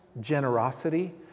generosity